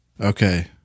Okay